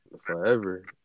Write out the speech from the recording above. forever